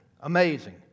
Amazing